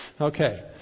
Okay